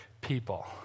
people